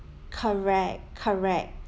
correct correct